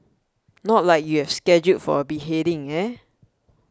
not like you're scheduled for a beheading eh